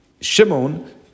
shimon